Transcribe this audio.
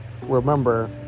remember